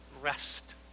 Rest